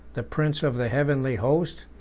the prince of the heavenly host,